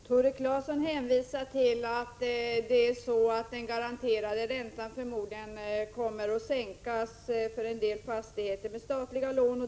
Herr talman! Tore Claeson hänvisar till att den garanterade räntan förmodligen kommer att sänkas för en del fastigheter med statliga lån.